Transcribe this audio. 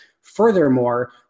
Furthermore